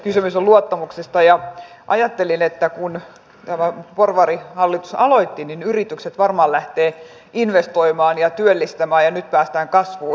kysymys on luottamuksesta ja ajattelin kun tämä porvarihallitus aloitti että yritykset varmaan lähtevät investoimaan ja työllistämään ja nyt päästään kasvuun